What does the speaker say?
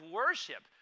worship